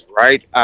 right